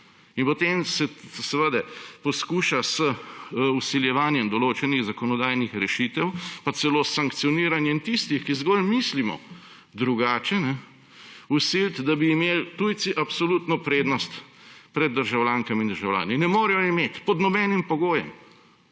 In potem se, seveda, poskuša z vsiljevanjem določenih zakonodajnih rešitev, pa celo sankcioniranjem tistih, ki zgolj mislimo drugače, vsiliti, da bi imeli tujci absolutno prednost pred državljankami in državljani. Ne morejo je imeti, pod nobenih pogojem.